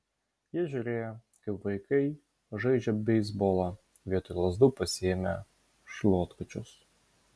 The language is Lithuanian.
jie žiūrėjo kaip vaikai žaidžia beisbolą vietoj lazdų pasiėmę šluotkočius